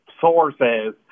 sources